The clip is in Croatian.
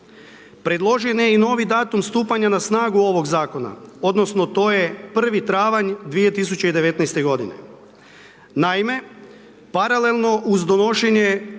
Predložen je i novi datum stupanja na snagu ovog zakona, odnosno to je 1. travanj 2019. godine. Naime, paralelno uz donošenje